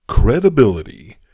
Credibility